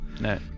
No